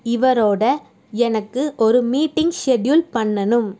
இவரோட எனக்கு ஒரு மீட்டிங் ஷெட்யூல் பண்ணணும்